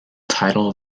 title